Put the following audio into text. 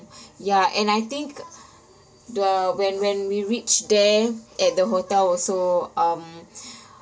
ya and I think the when when we reached there at the hotel also um